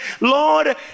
Lord